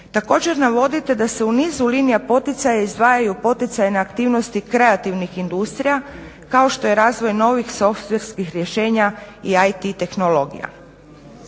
Također, navodite da se u nizu linija poticaja izdvajaju poticajne aktivnosti kreativnih industrija kao što je razvoj novih softverskih rješenja i IT tehnologija.